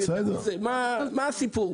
מה הסיפור?